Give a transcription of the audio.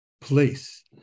place